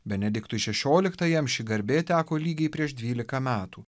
benediktui šešioliktajam ši garbė teko lygiai prieš dvylika metų